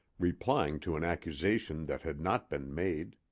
replying to an accusation that had not been made.